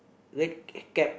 red cap